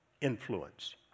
influence